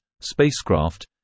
spacecraft